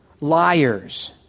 liars